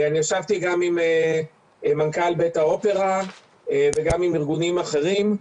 אני ישבתי גם עם מנכ"ל בית האופרה וגם עם ארגונים אחרים.